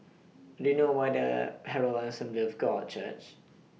Do YOU know What The Herald Assembly of God Church